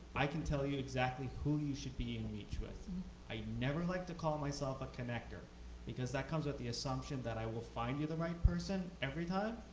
i can tell you exactly who you should be in reach with. and i never like to call myself a connector because that comes with the assumption that i will find you the right person every time.